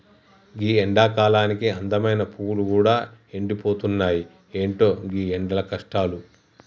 గీ ఎండకాలానికి అందమైన పువ్వులు గూడా ఎండిపోతున్నాయి, ఎంటో గీ ఎండల కష్టాలు